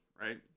right